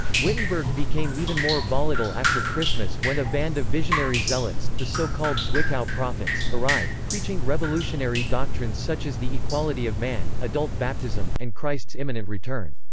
wittenberg became even more volatile after christmas when a band of visionary zealots, the so-called zwickau prophets, arrived, preaching revolutionary doctrines such as the equality of man, adult baptism, and christ's imminent return.